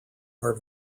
are